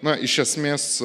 na iš esmės